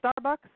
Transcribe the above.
Starbucks